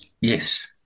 Yes